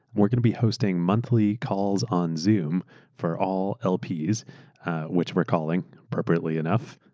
we're going to be hosting monthly calls on zoom for all lps which we're calling, appropriately enough,